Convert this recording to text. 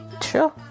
sure